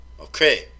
Okay